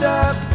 up